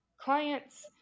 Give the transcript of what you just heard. clients